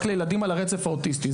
רק לילדים על הרצף האוטיסטי.